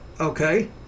Okay